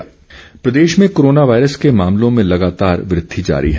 Covid Himachal Pradesh में corona virus के मामलों में लागतार वृद्धि जारी है